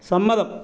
സമ്മതം